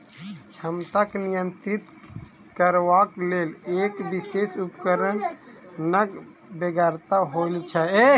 क्षमता के नियंत्रित करबाक लेल एक विशेष उपकरणक बेगरता होइत छै